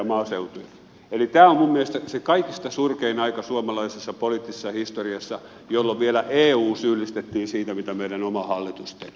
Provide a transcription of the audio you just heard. eli tämä on minun mielestäni se kaikista surkein aika suomalaisessa poliittisessa historiassa jolloin vielä eu syyllistettiin siitä mitä meidän oma hallituksemme teki